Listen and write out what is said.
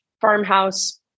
farmhouse